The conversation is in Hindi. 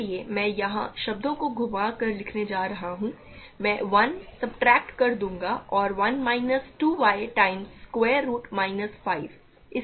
इसलिए मैं यहां शब्दों को घुमा कर लिखने जा रहा हूं मैं 1 सब्ट्रैक्ट कर दूंगा और 1 minus 2 y times square root minus 5